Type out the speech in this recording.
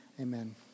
amen